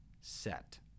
set